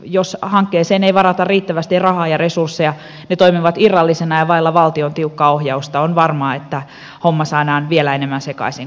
jos hankkeeseen ei varata riittävästi rahaa ja resursseja ne toimivat irrallisina ja vailla valtion tiukkaa ohjausta niin on varmaa että homma saadaan vielä enemmän sekaisin kuin se nyt on